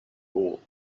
all